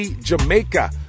Jamaica